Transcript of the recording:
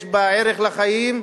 יש בה ערך לחיים,